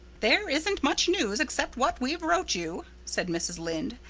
there isn't much news except what we've wrote you, said mrs. lynde.